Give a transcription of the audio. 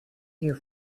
here